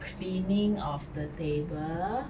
cleaning of the table